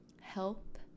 help